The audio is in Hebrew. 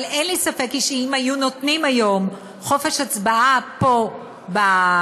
אבל אין לי ספק שאם היו נותנים היום חופש הצבעה פה בכנסת,